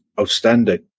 outstanding